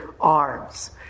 arms